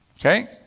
Okay